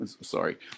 sorry